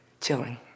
Chilling